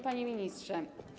Panie Ministrze!